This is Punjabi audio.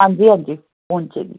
ਹਾਂਜੀ ਹਾਂਜੀ ਪਹੁੰਚੇਗੀ